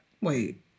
wait